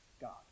God